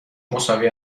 مساوی